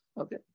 Okay